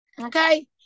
okay